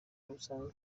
busanzwe